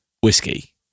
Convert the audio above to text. Whiskey